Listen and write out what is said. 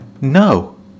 No